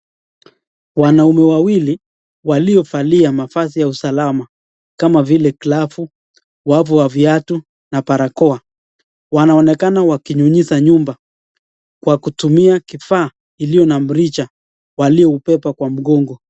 Wanaume wawili walio valia mavazi ya usalama kama vile glavu, wavu wa viatu na barakoa, wanaonekana wakinyunyiza nyumba kwa kutumia vifaa vilivyo na mrija ulio kwa mngongo.